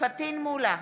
פטין מולא,